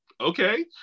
Okay